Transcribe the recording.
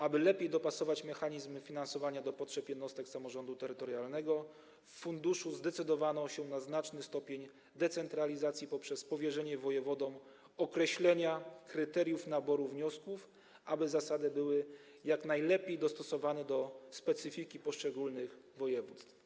Aby lepiej dopasować mechanizmy finansowania do potrzeb jednostek samorządu terytorialnego, w funduszu zdecydowano się na znaczny stopień decentralizacji poprzez powierzenie wojewodom określenia kryteriów naboru wniosków, aby zasady były jak najlepiej dostosowane do specyfiki poszczególnych województw.